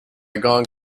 gone